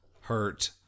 hurt